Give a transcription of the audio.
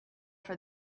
for